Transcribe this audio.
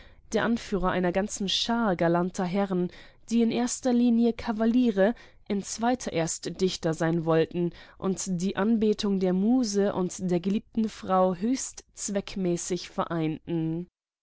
der anführer einer ganzen schar galanter herren die in erster linie kavaliere in zweiter erst dichter sein wollten und die anbetung der muse und der geliebten frau höchst zweckmäßig vereinten